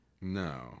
No